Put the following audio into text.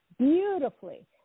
beautifully